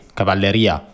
cavalleria